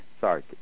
Sorry